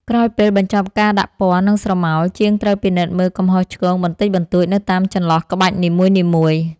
ក្រោយពេលបញ្ចប់ការដាក់ពណ៌ និងស្រមោល ជាងត្រូវពិនិត្យមើលកំហុសឆ្គងបន្តិចបន្តួចនៅតាមចន្លោះក្បាច់នីមួយៗ។